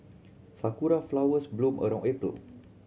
sakura flowers bloom around April